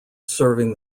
serving